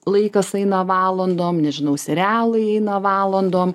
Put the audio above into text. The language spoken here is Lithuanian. laikas eina valandom nežinau serialai eina valandom